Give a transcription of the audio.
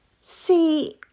see